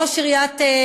ראש עיריית חצור,